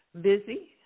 busy